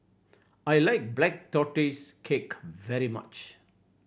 I like Black Tortoise Cake very much